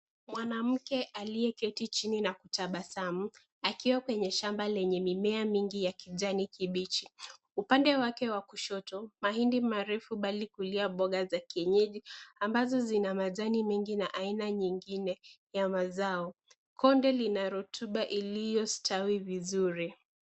Mwanamke aliyeketi chini na kutabasamu. Akiwa kwenye shamba lenye mimea mingi ya kijani kibichi. Upande wake wa kushoto, mahindi marefu palipokulia na mboga za kienyeji, ambazo zina majani mengi na aina nyingine ya mazao. Konde lina rutuba iliyostawi vizuri.